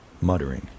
muttering